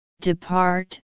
depart